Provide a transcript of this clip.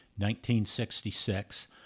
1966